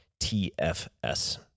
TFS